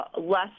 less